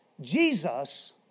Jesus